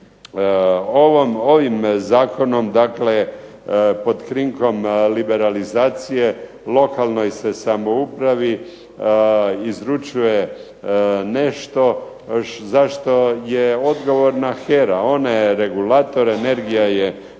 Ovim zakonom dakle pod krinkom liberalizacije lokalnoj se samoupravi izručuje nešto za što je odgovorna HERA. Ona je regulator, energija je